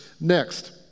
Next